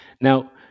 Now